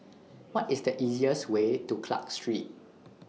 What IS The easiest Way to Clarke Street